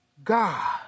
God